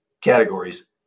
categories